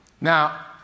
Now